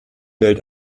welt